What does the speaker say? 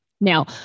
Now